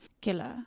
killer